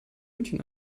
münchen